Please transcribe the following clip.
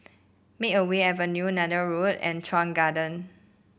Makeway Avenue Neythal Road and Chuan Garden